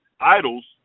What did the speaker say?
idols